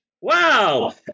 Wow